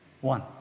One